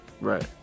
Right